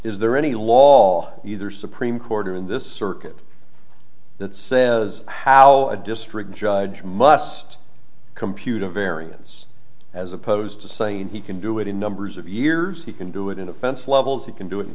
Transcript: is there any law either supreme court or in this circuit that says how a district judge must compute of variance as opposed to saying he can do it in numbers of years he can do it in offense levels you can do it in